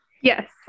Yes